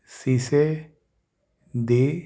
ਸੀਸੇ ਦੀ